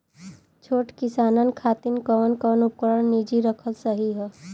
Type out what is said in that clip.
छोट किसानन खातिन कवन कवन उपकरण निजी रखल सही ह?